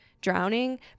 drowning